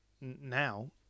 now